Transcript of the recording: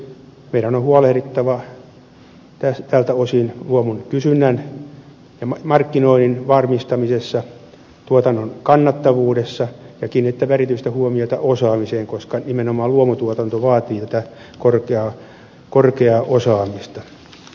meidän on huolehdittava tältä osin luomun kysynnän ja markkinoinnin varmistamisesta tuotannon kannattavuudesta ja kiinnitettävä erityistä huomiota osaamiseen koska nimenomaan luomutuotanto vaatii tätä korkeaa osaamista